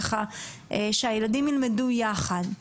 ככה שהילדים ילמדו יחד.